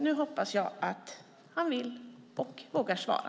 Nu hoppas jag att han vill och vågar svara.